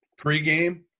pregame